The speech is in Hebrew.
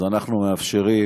אז אנחנו מאפשרים,